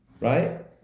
Right